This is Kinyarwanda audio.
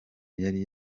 yari